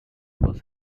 was